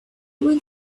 will